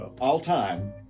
all-time